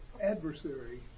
adversary